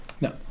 No